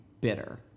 bitter